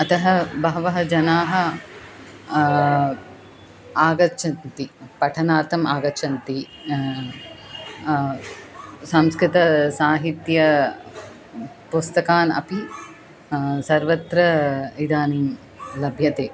अतः बहवः जनाः आगच्छन्ति पठनार्थम् आगच्छन्ति संस्कृतसाहित्यपुस्तकान् अपि सर्वत्र इदानीं लभ्यते